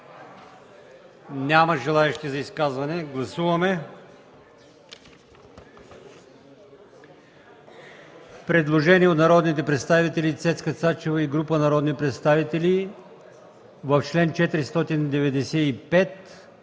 Няма желаещи. Гласуваме предложение от народния представител Цецка Цачева и група народни представители в чл. 495,